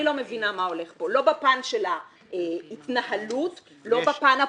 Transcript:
אני לא מבינה מה הולך כאן לא בפן של ההתנהלות ולא בפן הפוליטי.